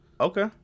Okay